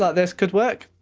this could work.